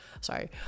Sorry